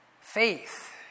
Faith